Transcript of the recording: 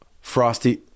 Frosty